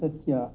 तस्य